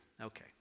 Okay